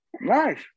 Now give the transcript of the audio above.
Nice